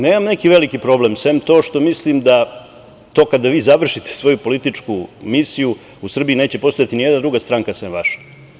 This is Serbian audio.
Nemam neki veliki problem, sem to što mislim da kada vi završite svoju političku misiju u Srbiji neće postojati ni jedna druga stranka, sem vaše.